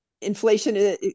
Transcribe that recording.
inflation